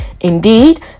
Indeed